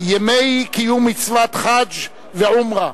ימי קיום מצוות חאג' ועומרה).